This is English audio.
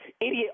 idiot